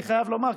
אני חייב לומר,